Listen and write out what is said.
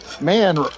Man